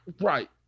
right